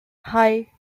hei